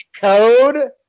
code